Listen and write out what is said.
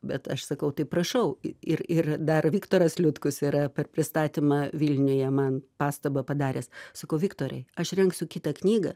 bet aš sakau tai prašau ir ir dar viktoras liutkus yra per pristatymą vilniuje man pastabą padaręs sakau viktorai aš rinksiu kitą knygą